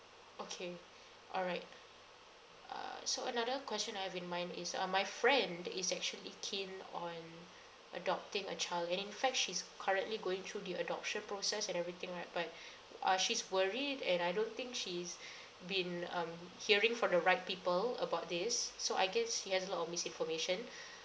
okay all right err so another question I have in mind is uh my friend is actually keen on adopting a child and in fact she's currently going through the adoption process and everything right but uh she's worried and I don't think she's been um hearing for the right people about this so I guess he has a lot of misinformation